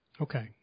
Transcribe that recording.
Okay